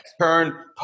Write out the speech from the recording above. turn